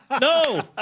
No